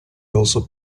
also